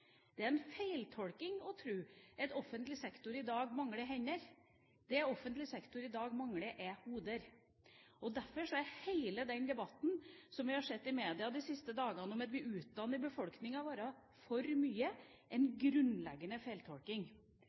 Det er en feiltolking å tro at offentlig sektor i dag mangler hender. Det offentlig sektor i dag mangler, er hoder. Derfor er hele den debatten som vi har sett i media de siste dagene, om at vi utdanner befolkningen vår for mye, en grunnleggende feiltolking.